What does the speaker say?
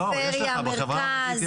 מרכז?